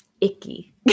icky